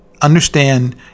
understand